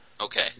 Okay